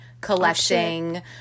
collecting